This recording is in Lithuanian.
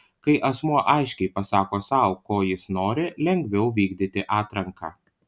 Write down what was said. kai asmuo aiškiai pasako sau ko jis nori lengviau vykdyti atranką